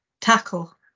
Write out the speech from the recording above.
tackle